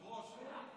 היושב-ראש,